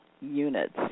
units